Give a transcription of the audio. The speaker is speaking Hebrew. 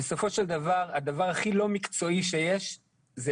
בסופו של דבר הדבר הכי לא מקצועי שיש זה